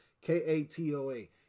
K-A-T-O-A